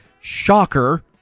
Shocker